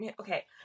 okay